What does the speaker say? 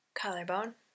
Collarbone